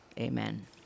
amen